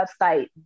website